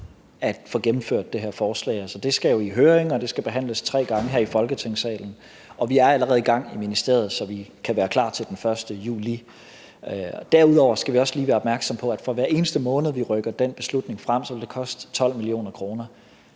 at få gennemført det her forslag, så det skal jo i høring og behandles tre gange her i Folketingssalen, og vi er allerede i gang i ministeriet, så vi kan være klar til den 1. juli. Derudover skal vi også lige være opmærksomme på, at for hver eneste måned, vi rykker den beslutning frem, vil det koste 12 mio. kr.,